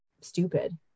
stupid